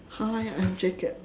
!huh! ya I have jacket